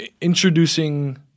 introducing